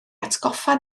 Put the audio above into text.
atgoffa